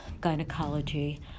Gynecology